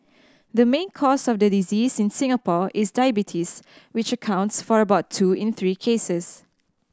the main cause of the disease in Singapore is diabetes which accounts for about two in three cases